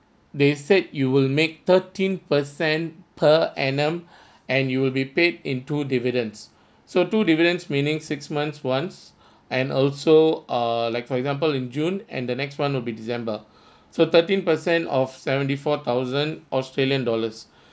they said you will make thirteen percent per annum and you will be paid in two dividends so two dividends meaning six months once and also uh like for example in june and the next [one] will be december so thirteen percent of seventy four thousand australian dollars